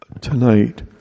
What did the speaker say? tonight